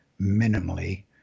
minimally